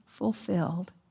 fulfilled